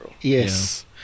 Yes